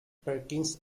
perkins